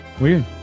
Weird